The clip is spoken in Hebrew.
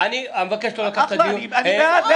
אני אבקש לא לקחת את הדיון --- אני בעד,